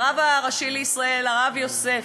לרב הראשי לישראל הרב יוסף: